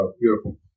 Beautiful